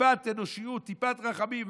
טיפת אנושיות, טיפת רחמים.